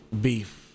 beef